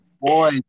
boy